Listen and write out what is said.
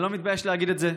אני לא מתבייש להגיד את זה,